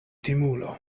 timulo